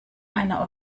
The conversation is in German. einer